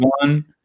one